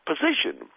position